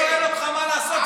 חבר הכנסת יאסר חוג'יראת, בבקשה.